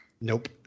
nope